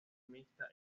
mixta